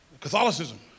Catholicism